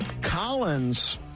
Collins